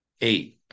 eight